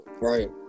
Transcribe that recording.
Right